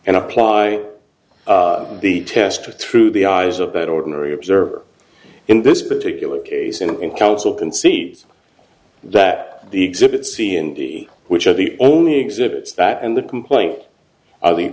and apply the test through the eyes of the ordinary observer in this particular case and counsel concedes that the exhibit c and d which are the only exhibits that and the complaint are the